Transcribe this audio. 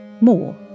More